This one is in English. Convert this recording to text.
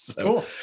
cool